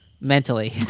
mentally